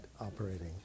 operating